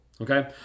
Okay